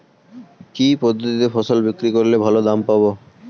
কি পদ্ধতিতে ফসল বিক্রি করলে ভালো দাম পাব?